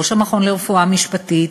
ראש המכון לרפואה משפטית,